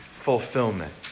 fulfillment